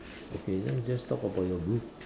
okay then you just talk about your blue